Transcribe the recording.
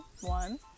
One